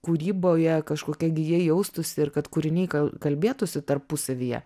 kūryboje kažkokia gija jaustųsi ir kad kūriniai ka kalbėtųsi tarpusavyje